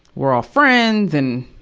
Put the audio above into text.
we're all friends and,